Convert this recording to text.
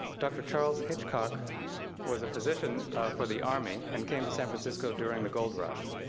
dr. charles hitchcock was a physician for the army and came to san francisco during the gold rush,